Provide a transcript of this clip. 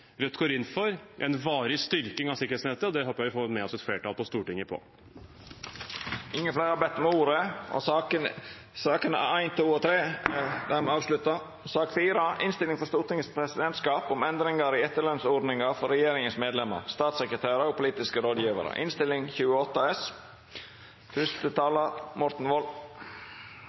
Rødt går inn for en varig styrking av sikkerhetsnettet, og det håper vi at vi får med oss et flertall på Stortinget på. Fleire har ikkje bedt om ordet til sakene nr. 1–3. På vegne av presidentskapet legger jeg frem Innst. 28 S for 2021–2022. Presidentskapet fremmer i denne innstillingen forslag til endringer i etterlønnsordningen for regjeringens medlemmer, statssekretærer og politiske rådgivere